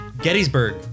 Gettysburg